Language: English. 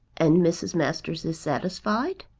and mrs. masters is satisfied?